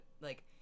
like-